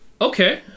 Okay